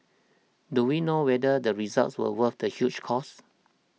do we know whether the results were worth the huge cost